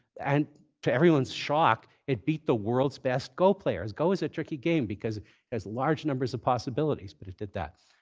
and to everyone's shock, it beat the world's best go players. go is a tricky game, because it large numbers of possibilities, but it did that.